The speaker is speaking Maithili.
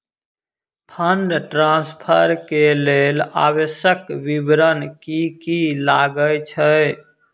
फंड ट्रान्सफर केँ लेल आवश्यक विवरण की की लागै छै?